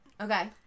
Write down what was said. Okay